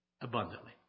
abundantly